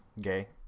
gay